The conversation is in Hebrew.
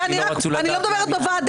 כי לא רצו לדעת --- אני לא מדברת בוועדה,